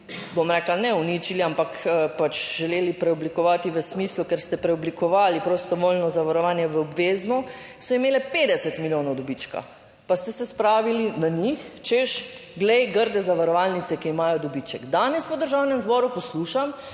bom rekla, ne uničili, ampak pač želeli preoblikovati v smislu, ker ste preoblikovali prostovoljno zavarovanje v obvezno, so imele 50 milijonov dobička, pa ste se spravili na njih, češ, glej, grde zavarovalnice, ki imajo dobiček. Danes v Državnem zboru poslušam,